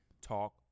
Talk